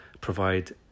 provide